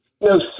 no